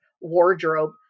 wardrobe